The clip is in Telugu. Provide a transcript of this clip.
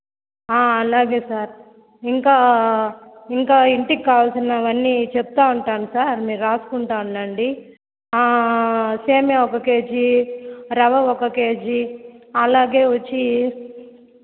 అలాగే సార్ ఇంకా ఇంకా ఇంటికి కావాల్సినవన్నీ చెప్తూ ఉంటాను ఉంటాను సార్ మీరు రాసుకుంటూ ఉండండి సెమియా ఒక కేజీ రవ్వ ఒక కేజీ అలాగే వచ్చి